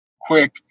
quick